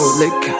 lick